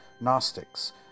Gnostics